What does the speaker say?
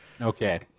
okay